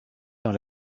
dans